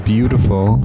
Beautiful